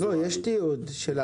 יש תיעוד.